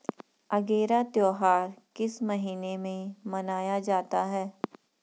अगेरा त्योहार किस महीने में मनाया जाता है?